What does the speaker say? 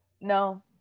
No